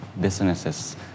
businesses